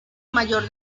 mayor